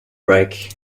break